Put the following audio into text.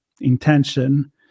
intention